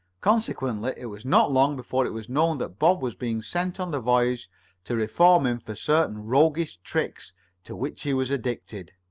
consequently it was not long before it was known that bob was being sent on the voyage to reform him for certain roguish tricks to which he was addicted.